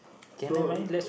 so